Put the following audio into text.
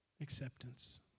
acceptance